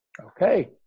Okay